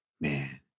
Man